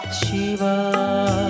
Shiva